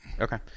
Okay